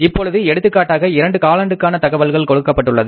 இப்பொழுது எடுத்துக்காட்டாக இரண்டு காலாண்டுக்கான தகவல்கள் கொடுக்கப்பட்டுள்ளது